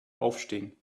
aufstehen